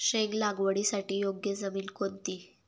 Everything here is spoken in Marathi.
शेंग लागवडीसाठी योग्य जमीन कोणती?